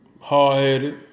hard-headed